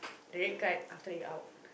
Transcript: the red card after that you out